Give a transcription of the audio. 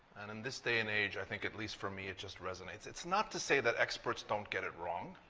and in this day and age, i think at least for me, it just resonates. it's not to say that experts don't get it wrong.